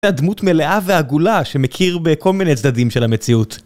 הדמות מלאה ועגולה שמכיר בכל מיני צדדים של המציאות.